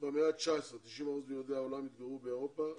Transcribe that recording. במאה ה-19 90% מיהודי העולם התגוררו באירופה.